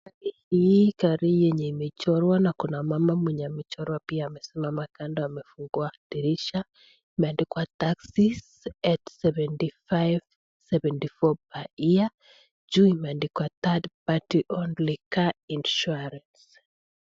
Gari hii, gari yenye imechorwa na kuna mama mwenye amechorwa pia amesimama kando amefungua dirisha. Imeandikwa taxis at 75 74 per year . Juu imeandikwa third party only car insurance .